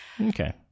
okay